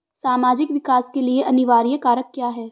सामाजिक विकास के लिए अनिवार्य कारक क्या है?